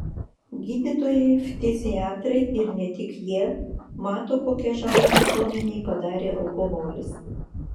gydytojai ftiziatrai ir ne tik jie mato kokią žalą visuomenei padarė alkoholis